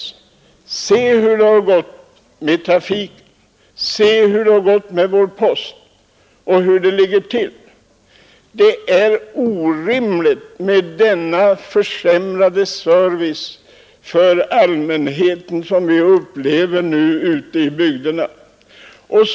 Se hur det har gått med trafiken! Se hur det har gått med vår post! Det är orimligt med den försämrade service för allmänheten som vi nu upplever ute i bygderna.